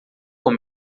com